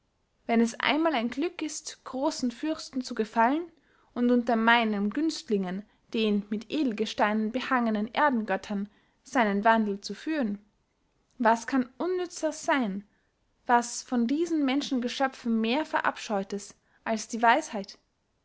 wenn es einmal ein glück ist grossen fürsten zu gefallen und unter meinen günstlingen den mit edelgesteinen behangenen erdengöttern seinen wandel zu führen was kann unnützers seyn was von diesen menschengeschöpfen mehr verabscheutes als die weisheit